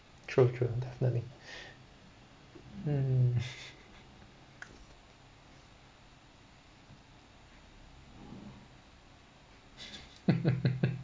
true true definitely um